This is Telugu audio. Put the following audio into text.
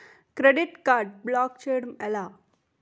క్రెడిట్ కార్డ్ బ్లాక్ చేయడం ఎలా?